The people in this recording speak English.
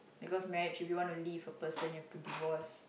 because marriage if you want to leave a person you have to divorce